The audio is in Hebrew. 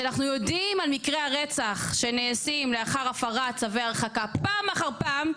שאנחנו יודעים על מקרי הרצח שנעשים לאחר הפרת צווי הרחקה פעם אחר פעם,